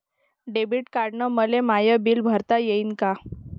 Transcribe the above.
Debit कार्डानं मले my bill भरता येईन का?